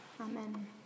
Amen